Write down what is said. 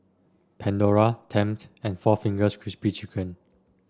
Pandora Tempt and four Fingers Crispy Chicken